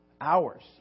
hours